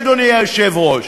אדוני היושב-ראש.